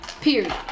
Period